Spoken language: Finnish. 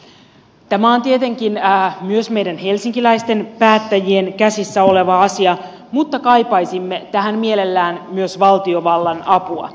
tämä on tietenkin myös meidän helsinkiläisten päättäjien käsissä oleva asia mutta kaipaisimme tähän mielellään myös valtiovallan apua